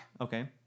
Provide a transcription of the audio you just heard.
Okay